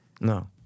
No